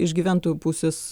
iš gyventojų pusės